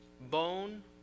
Bone